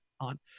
on